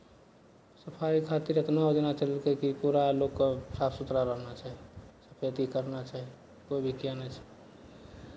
सफाइ खातिर एतना योजना चलेलकै कि पूरा लोककेँ साफ सुथरा रहना चाही सफैती करना चाही कोइ भी किए नहि छै